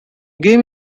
game